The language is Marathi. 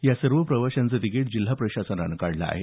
यासर्व प्रवाशांचे तिकीट जिल्हा प्रशासनानं काढली आहेत